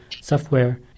software